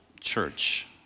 church